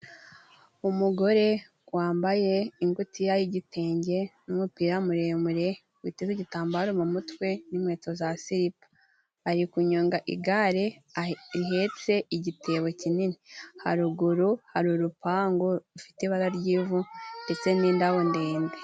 Umugore wambaye ingutiya y'igitenge, n'umupira muremure, witeze igitambaro mu mutwe, n'inkweto za siripa, ari kunyonga igare rihetse igitebo kinini; haruguru hari urupangu rufite ibara ry'ivu, ndetse n'indabo ndende.